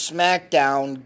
SmackDown